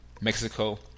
Mexico